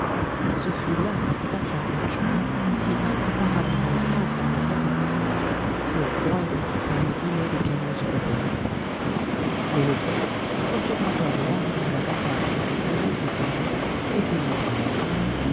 et ce fut là que ces tartares mantchoux si incomparablement braves dans leur fatalisme furent broyés par les boulets des canons européens mais le pont qui portait encore les marques de la bataille sur ses statues écornées était libre alors